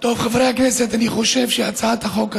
חברי הכנסת, אני חושב שהצעת החוק הזו,